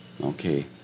Okay